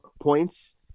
points